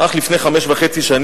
אך לפני חמש שנים